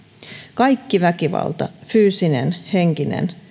kaikki väkivalta fyysinen henkinen